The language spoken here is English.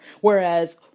Whereas